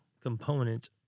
component